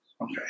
Okay